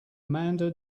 amanda